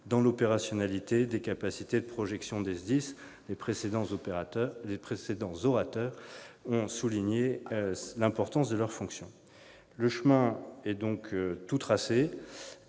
dans l'opérationnalité des capacités de projection des SDIS. Les précédents orateurs ont souligné l'importance de leurs fonctions. Le chemin est donc tout tracé